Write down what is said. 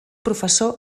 professor